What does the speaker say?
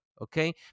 okay